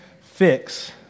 fix